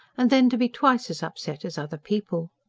and then to be twice as upset as other people.